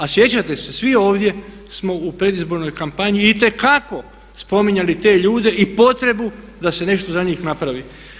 A sjećate se svi ovdje smo u predizbornoj kampanji itekako spominjali te ljude i potrebu da se nešto za njih napravi.